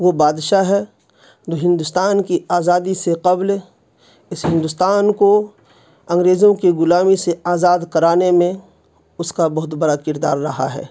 وہ بادشاہ ہے جو ہندوستان کی آزادی سے قبل اس ہندوستان کو انگریزوں کی غلامی سے آزاد کرانے میں اس کا بہت بڑا کردار رہا ہے